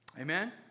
Amen